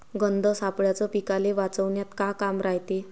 गंध सापळ्याचं पीकाले वाचवन्यात का काम रायते?